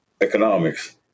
Economics